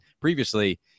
previously